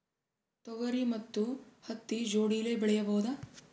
ತೊಗರಿ ಮತ್ತು ಹತ್ತಿ ಜೋಡಿಲೇ ಬೆಳೆಯಬಹುದಾ?